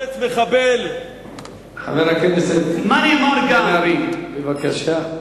חבר הכנסת בן-ארי, בבקשה.